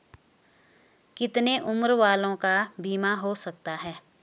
कितने उम्र वालों का बीमा हो सकता है?